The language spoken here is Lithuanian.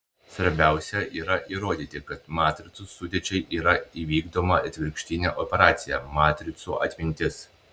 svarbiausia yra įrodyti kad matricų sudėčiai yra įvykdoma atvirkštinė operacija matricų atimtis